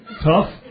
tough